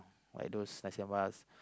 like those nasi-lemak